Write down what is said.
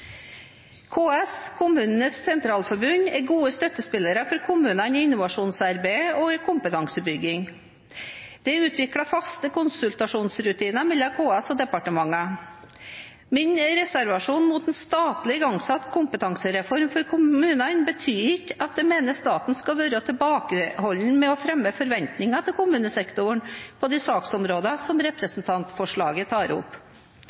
KS – Kommunenes Sentralforbund – er gode støttespillere for kommunene i innovasjonsarbeid og kompetansebygging. Det er utviklet faste konsultasjonsrutiner mellom KS og departementene. Min reservasjon mot en statlig igangsatt kompetansereform for kommunene betyr ikke at jeg mener staten skal være tilbakeholden med å fremme forventninger til kommunesektoren på de saksområdene som representantforslaget tar opp.